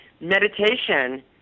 Meditation